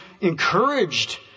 encouraged